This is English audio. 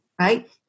right